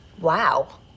Wow